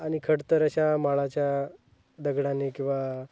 आणि खडतर अशा माळाच्या दगडाने किंवा